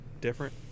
different